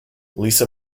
lisa